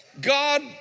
God